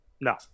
No